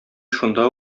шунда